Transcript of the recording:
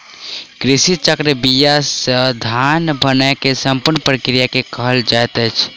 कृषि चक्र बीया से धान बनै के संपूर्ण प्रक्रिया के कहल जाइत अछि